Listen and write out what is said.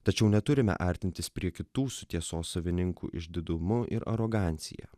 tačiau neturime artintis prie kitų su tiesos savininkų išdidumu ir arogancija